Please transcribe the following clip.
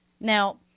Now